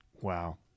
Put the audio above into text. Wow